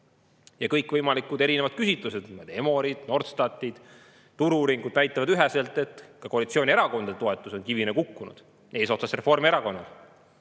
Kõikvõimalikud küsitlused, Emorid, Norstatid, turu-uuringud näitavad üheselt, et ka koalitsioonierakondade toetus on kivina kukkunud. Eesotsas Reformierakonnal